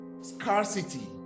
scarcity